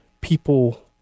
people